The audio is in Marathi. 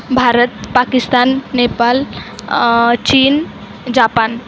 भारत पाकिस्तान नेपाल चीन जापान